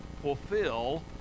fulfill